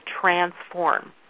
transform